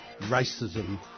racism